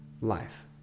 life